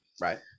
right